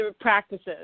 practices